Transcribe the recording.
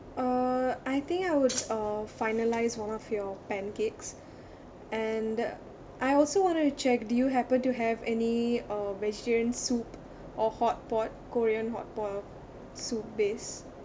uh I think I would uh finalise one of your pancakes and I also wanted to check do you happen to have any uh vegetarian soup or hotpot korean hotpot soup base